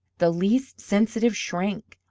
the least sensitive shrank.